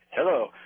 Hello